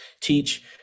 teach